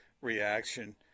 reaction